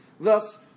Thus